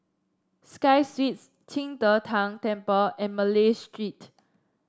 Sky Suites Qing De Tang Temple and Malay Street